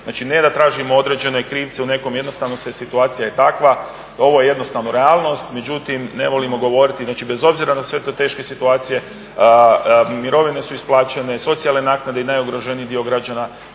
Znači, ne da tražimo određene krivce u nekom, jednostavno situacija je takva, ovo je jednostavno realnost. Međutim, ne volimo govoriti, znači bez obzira na svu tu tešku situaciju mirovine su isplaćene, socijalne naknade i najugroženiji dio građana